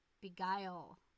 beguile